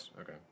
Okay